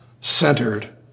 centered